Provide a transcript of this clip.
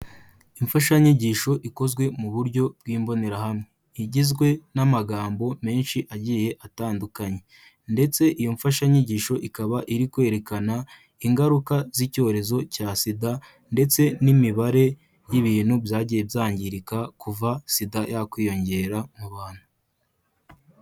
Imfashanyigisho ikozwe mu buryo bw'imbonerahamwe, igizwe n'amagambo menshi agiye atandukanye ndetse iyo mfashanyigisho ikaba iri kwerekana ingaruka z'icyorezo cya SIDA ndetse n'imibare y'ibintu byagiye byangirika kuva SIDA yakwiyongera mu bantu.